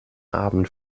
abend